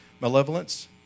malevolence